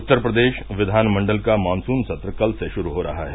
उत्तर प्रदेश कियानमंडल का मानसून सत्र कल से शुरू हो रहा है